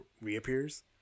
reappears